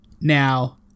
Now